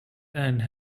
and